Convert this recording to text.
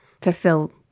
fulfill